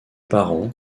parents